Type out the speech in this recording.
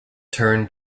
turned